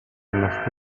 understood